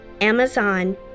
Amazon